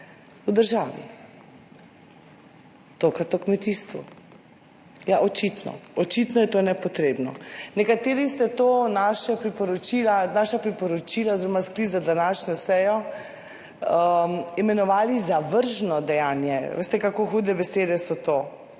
v državi. Tokrat o kmetijstvu. Ja, očitno. Očitno je to nepotrebno. Nekateri ste ta naša priporočila oziroma sklic za današnjo sejo imenovali zavržno dejanje. Veste kako hude besede so to.